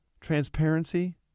transparency